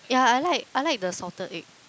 yeah I like I like the salted egg